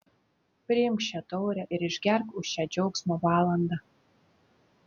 priimk šią taurę ir išgerk už šią džiaugsmo valandą